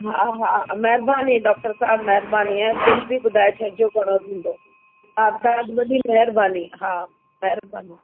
हा हा महिरबानी डॉक्टर साहिबु महिरबानी ऐं बिल बि ॿुधाइ छॾिजो घणो थींदो तव्हांजी वॾी महिरबानी हा